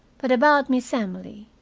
but about miss emily.